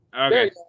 Okay